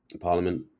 parliament